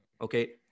okay